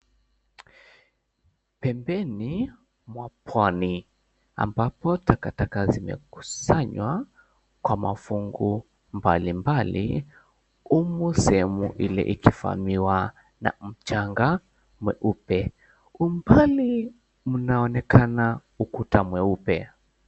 Pembeni mwa pwani ambapo takataka zimekusanywa kwa mafungu mbalimbali humu sehemu ile ikivamiwa na mchanga mweupe. Kwa umbali kunaonekana ukuta mweupe.